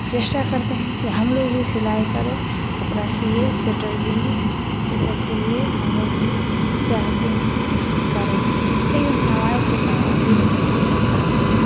चेष्टा करते हैं कि हम लोग भी सिलाई करें कपड़ा सिए स्वेटर बिने ई सब के लिए हम लोग भी चाहते हैं कि करें लेकिन सामाज के पाबंदी से नहीं कर पाते हैं